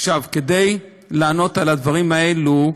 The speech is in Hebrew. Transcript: עכשיו, כדי לענות על הדברים האלה,